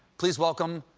please welcome,